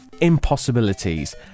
impossibilities